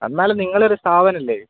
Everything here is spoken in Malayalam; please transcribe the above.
എന്നാലും നിങ്ങളെയൊരു സ്ഥാപനമല്ലേ